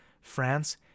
France